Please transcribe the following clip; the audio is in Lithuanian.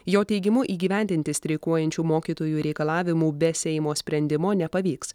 jo teigimu įgyvendinti streikuojančių mokytojų reikalavimų be seimo sprendimo nepavyks